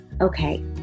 Okay